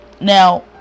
Now